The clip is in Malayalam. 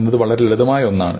എന്നത് വളരെ ലളിതമായ ഒന്നാണ്